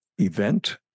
event